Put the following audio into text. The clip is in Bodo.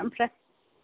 ओमफ्राय